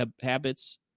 habits